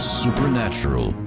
supernatural